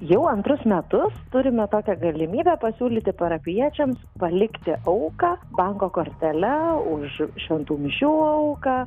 jau antrus metus turime tokią galimybę pasiūlyti parapijiečiams palikti auką banko kortele už šventų mišių auką